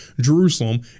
Jerusalem